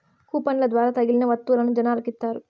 కూపన్ల ద్వారా తగిలిన వత్తువులను జనాలకి ఇత్తారు